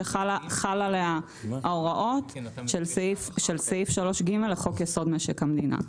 שחל עליה ההוראות של סעיף 3(ג) לחוק יסוד משק המדינה,